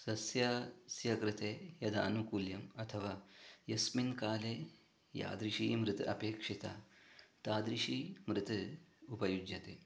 सस्यस्य कृते यद् अनुकूल्यम् अथवा यस्मिन् काले यादृशी मृत् अपेक्षिता तादृशी मृत् उपयुज्यते